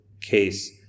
case